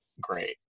great